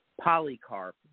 Polycarp